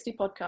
podcast